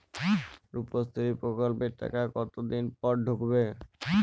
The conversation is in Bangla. রুপশ্রী প্রকল্পের টাকা কতদিন পর ঢুকবে?